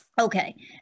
Okay